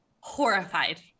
Horrified